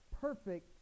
perfect